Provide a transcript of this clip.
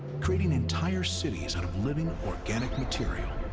creating entire cities out of living, organic material.